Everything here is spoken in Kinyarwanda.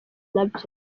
nabyo